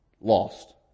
lost